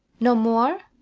no more?